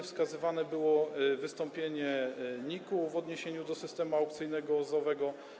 Wskazywane było wystąpienie NIK w odniesieniu do systemu aukcyjnego OZE.